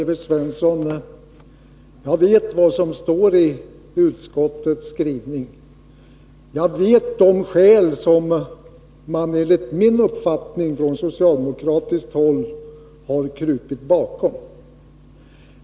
Fru talman! Jag vet vad som står i utskottets skrivning, Evert Svensson. Jag känner till de skäl som man från socialdemokratiskt håll enligt min uppfattning har krupit bakom.